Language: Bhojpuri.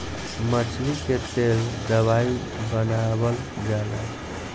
मछली के तेल दवाइयों बनावल जाला